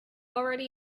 already